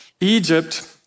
Egypt